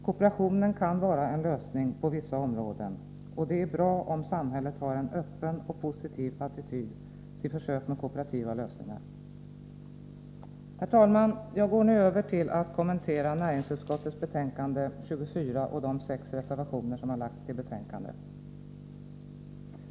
Kooperation kan vara en lösning på vissa områden, och det är bra om samhället har en öppen och positiv attityd till försök med kooperativa lösningar. Herr talman! Jag går nu över till att kommentera näringsutskottets betänkande 24 och de sex reservationer som fogats till det.